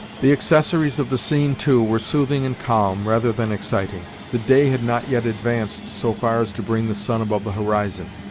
the accessories of the scene, too, were soothing and calm, rather than exciting. the day had not yet advanced so far as to bring the sun above the horizon,